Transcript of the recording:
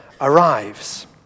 arrives